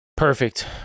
Perfect